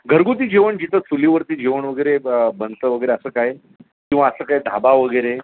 घरगुती जेवण जिथं चुलीवरती जेवण वगैरे ब बनतं वगैरे असं काय किंवा असं काय ढाबा वगैरे